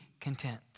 content